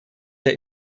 der